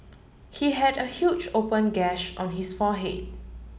he had a huge open gash on his forehead